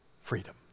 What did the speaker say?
freedom